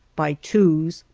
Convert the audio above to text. by twos,